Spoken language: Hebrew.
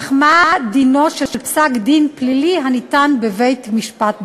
אך מה דינו של פסק-דין פלילי הניתן בבית-משפט באיו"ש?